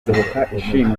ishima